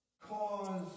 cause